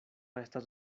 estas